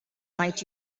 might